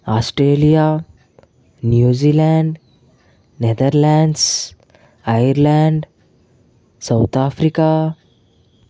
Australia New Zealand Netherlands Ireland South Africa